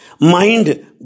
Mind